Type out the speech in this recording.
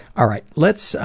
alright, let's,